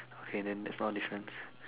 okay then that's not a difference